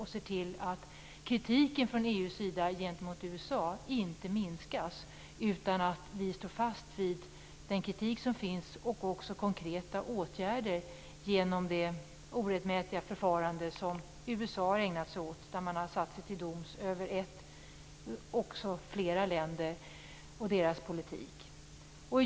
Vi måste se till att kritiken från EU:s sida gentemot USA inte minskas utan att vi står fast vid den kritik som finns och också vidtar konkreta åtgärder gentemot det orättmätiga förfarande som USA har ägnat sig åt när man har satt sig till doms över flera länder och deras politik.